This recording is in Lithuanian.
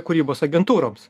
kūrybos agentūroms